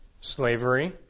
slavery